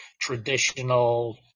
traditional